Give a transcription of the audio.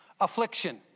Affliction